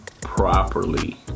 properly